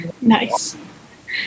Nice